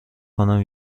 کنم